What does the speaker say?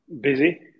busy